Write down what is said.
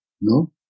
no